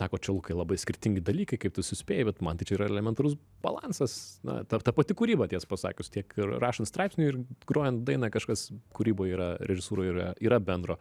sako čia lukai labai skirtingi dalykai kaip tu suspėji bet man tai čia yra elementarus balansas na dar ta pati kūryba tiesą pasakius tiek ir rašant straipsnį ir grojant dainą kažkas kūryboje yra režisūroj yra yra bendro